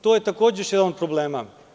To je takođe još jedan od problema.